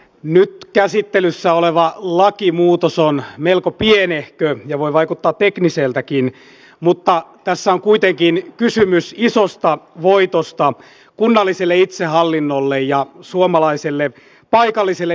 nyt käsittelyssä oleva lakimuutos on melko pienehkö ja voi vaikuttaa tekniseltäkin mutta tässä on kuitenkin kysymys isosta voitosta kunnalliselle itsehallinnolle ja suomalaiselle paikalliselle demokratialle